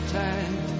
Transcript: time